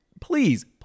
Please